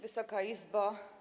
Wysoka Izbo!